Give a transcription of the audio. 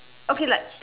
okay like